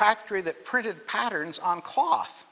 factory that printed patterns on cough